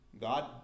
God